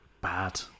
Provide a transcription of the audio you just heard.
Bad